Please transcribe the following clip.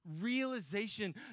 realization